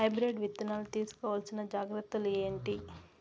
Hybrid విత్తనాలు తీసుకోవాల్సిన జాగ్రత్తలు ఏంటి?